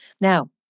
Now